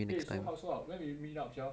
eh so how so how when will we meet up sia